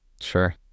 Sure